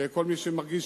וכל מי שמרגיש